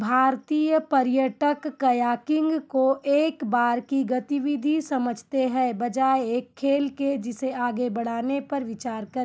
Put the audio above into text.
भारतीय पर्यटक कयाकिंग को एक बार की गतिविधि समझते हैं बजाय एक खेल के जिसे आगे बढ़ाने पर विचार करें